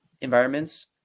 environments